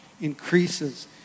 increases